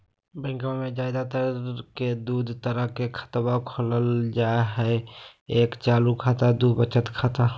बैंकवा मे ज्यादा तर के दूध तरह के खातवा खोलल जाय हई एक चालू खाता दू वचत खाता